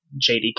JDK